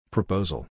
Proposal